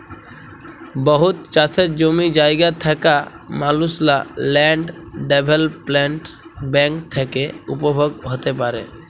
বহুত চাষের জমি জায়গা থ্যাকা মালুসলা ল্যান্ড ডেভেলপ্মেল্ট ব্যাংক থ্যাকে উপভোগ হ্যতে পারে